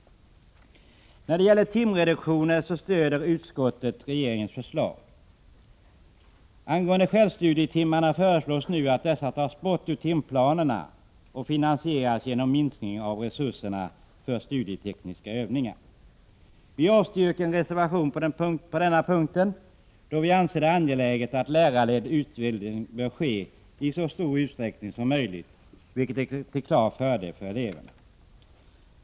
Utskottet stöder regeringens förslag om timreduktioner. Det föreslås att självstudietimmarna tas bort ur timplanerna och finansieras genom minskning av resurserna för studietekniska övningar. Vi avstyrker reservationen på denna punkt, då vi anser att det är angeläget att lärarledd utbildning bör ske i så stor utsträckning som möjligt, vilket är till klar fördel för eleverna.